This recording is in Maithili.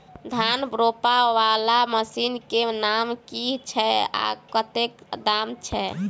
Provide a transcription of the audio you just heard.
धान रोपा वला मशीन केँ नाम की छैय आ कतेक दाम छैय?